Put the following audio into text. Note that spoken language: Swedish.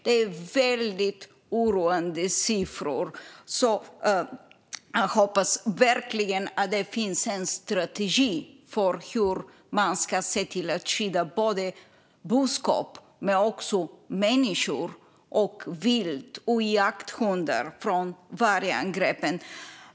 Det är väldigt oroande siffror. Jag hoppas verkligen att det finns en strategi för hur man ska skydda både boskap och människor och också vilt och jakthundar från vargangreppen.